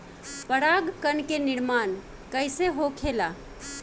पराग कण क निर्माण कइसे होखेला?